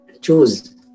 choose